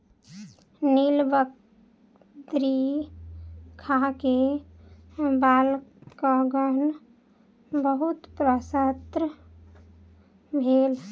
नीलबदरी खा के बालकगण बहुत प्रसन्न भेल